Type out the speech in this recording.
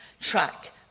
track